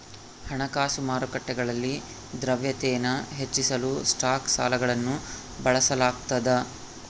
ಹಣಕಾಸು ಮಾರುಕಟ್ಟೆಗಳಲ್ಲಿ ದ್ರವ್ಯತೆನ ಹೆಚ್ಚಿಸಲು ಸ್ಟಾಕ್ ಸಾಲಗಳನ್ನು ಬಳಸಲಾಗ್ತದ